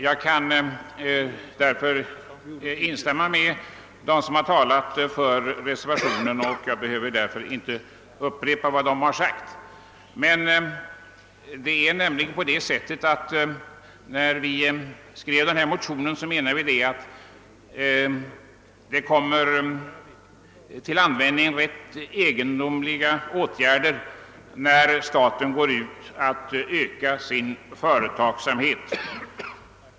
Jag kan instämma med dem som har talat för reservationen, och jag behöver därför inte upprepa vad de har sagt. När vi skrev motionen, menade vi att man tillgriper egendomliga åtgärder, när staten går ut för att öka sin företagsamhet.